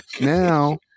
now